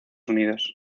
unidos